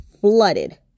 flooded